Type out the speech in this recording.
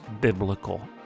biblical